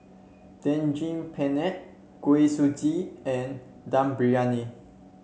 Daging Penyet Kuih Suji and Dum Briyani